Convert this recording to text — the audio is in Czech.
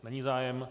Není zájem.